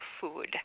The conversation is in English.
food